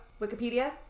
Wikipedia